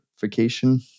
vacation